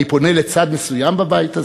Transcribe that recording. אני פונה לצד מסוים בבית הזה?